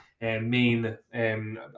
main